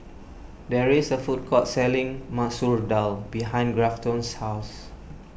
there is a food court selling Masoor Dal behind Grafton's house